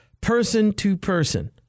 Person-to-person